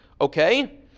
Okay